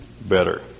better